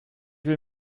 will